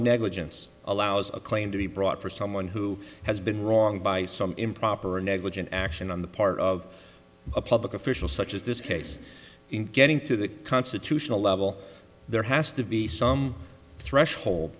negligence allows a claim to be brought for someone who has been wronged by some improper or negligent action on the part of a public official such as this case in getting to the constitutional level there has to be some threshold